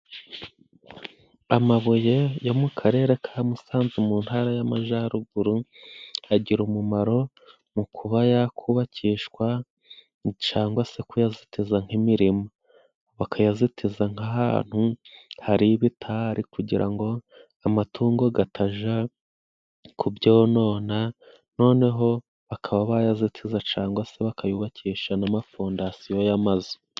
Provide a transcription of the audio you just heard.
Amabuye yo mu karere ka Musanze mu ntara y'Amajyaruguru agira umumaro mu kuba yakubakishwa cyangwa se kuyazitiza nk'imirima, bakayazitiza nk'ahantu hari ibitari kugira ngo amatungo atajya kubyonona, noneho bakaba bayazitiza cyangwa se bakayubakisha n'amafondasiyo y'amazu.